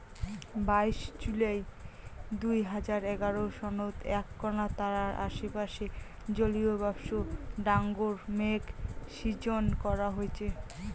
বাইশ জুলাই দুই হাজার এগারো সনত এ্যাকনা তারার আশেপাশে জলীয়বাষ্পর ডাঙর মেঘ শিজ্জন করা হইচে